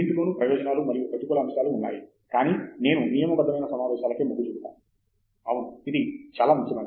రెండింటి లోనూ ప్రయోజనాలూ మరియు ప్రతికూల అంశాలూ ఉన్నాయి కాని నేను నియమబద్దమైన సమావేశాలకే మొగ్గు చూపుతాను అవును ఇది చాలా ముఖ్యమైనది